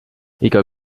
iga